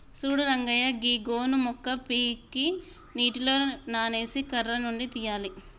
సూడు రంగయ్య గీ గోను మొక్క పీకి నీటిలో నానేసి కర్ర నుండి తీయాలి